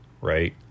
right